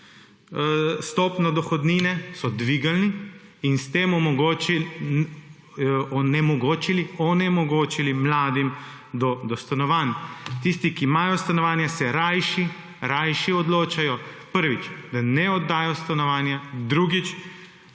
stopnjo dohodnine, so dvignili in s tem onemogočili mladim do stanovanj. Tisti, ki imajo stanovanje, se rajši odločajo: prvič, da ne oddajo stanovanja, drugič,